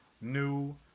new